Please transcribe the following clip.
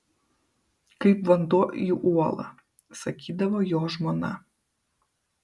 kaip vanduo į uolą sakydavo jo žmona